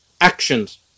actions